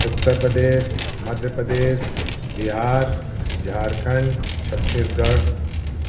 Uttar Pradesh Madhya Pradesh Bihar Jharkhand Chhattisgarh